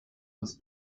das